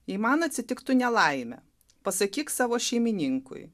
jei man atsitiktų nelaimė pasakyk savo šeimininkui